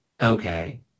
okay